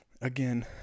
Again